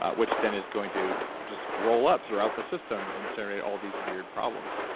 which then is going to just roll up throughout the system and generate all these weird problems.